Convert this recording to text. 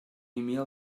meal